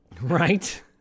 Right